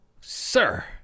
Sir